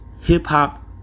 hip-hop